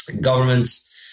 Governments